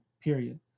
period